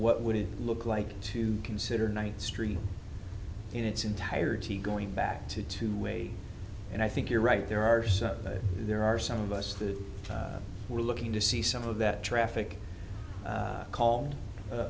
what would it look like to consider night street in its entirety going back to two way and i think you're right there are so that there are some of us that were looking to see some of that traffic